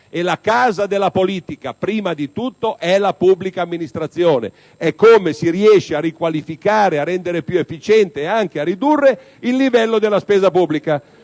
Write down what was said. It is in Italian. La casa della politica, prima di tutto, è la pubblica amministrazione, è come si riesce a riqualificare, a rendere più efficiente e anche a ridurre il livello della spesa pubblica.